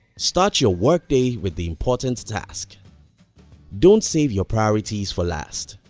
start your workday with the important task don't save your priorities for last,